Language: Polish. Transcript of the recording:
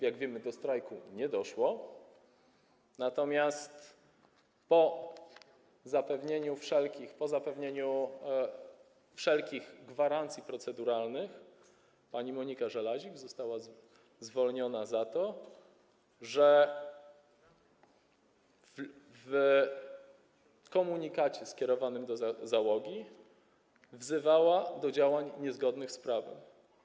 Jak wiemy, do strajku nie doszło, natomiast po zapewnieniu wszelkich gwarancji proceduralnych pani Monika Żelazik została zwolniona za to, że w komunikacie skierowanym do załogi wzywała do działań niezgodnych z prawem.